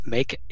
Make